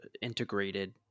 integrated